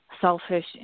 selfish